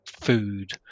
food